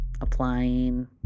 applying